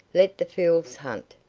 let the fools hunt.